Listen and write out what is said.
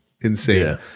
Insane